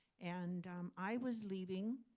and i was leaving